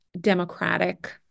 democratic